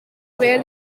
where